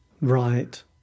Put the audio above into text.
right